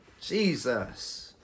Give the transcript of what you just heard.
Jesus